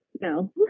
no